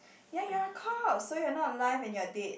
ya ya you're a corpse so you are not alive and you are dead